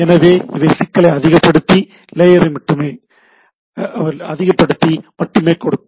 எனவே இவை சிக்னலை அதிகப்படுத்தி மட்டுமே கொடுக்கும்